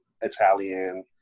Italian